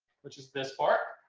which is this part,